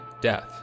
death